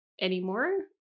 anymore